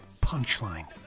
punchline